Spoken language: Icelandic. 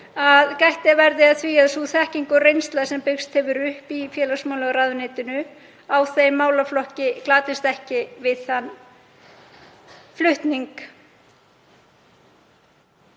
að gætt verði að því að sú þekking og reynsla sem byggst hefur upp í félagsmálaráðuneytinu á þeim málaflokki glatist ekki við þann flutning.